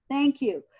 thank you.